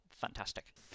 Fantastic